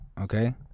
okay